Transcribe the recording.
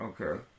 Okay